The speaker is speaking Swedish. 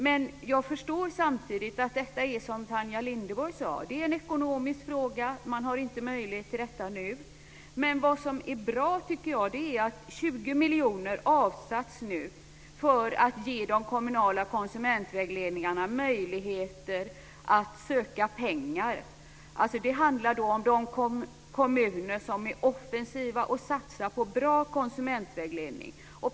Men jag förstår samtidigt att det, som Tanja Linderborg sade, är en ekonomisk fråga. Man har inte möjlighet till detta nu. Det är bra att 20 miljoner nu avsätts, så att de kommunala konsumentvägledningarna får möjlighet att söka pengar. Det handlar om de kommuner som är offensiva och satsar på bra konsumentvägledning.